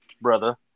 brother